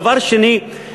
דבר שני,